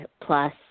plus